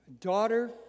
Daughter